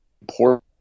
important